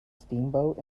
steamboat